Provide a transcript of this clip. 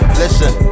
listen